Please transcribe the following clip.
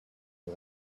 her